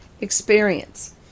experience